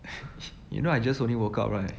you know I just only woke up right